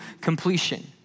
completion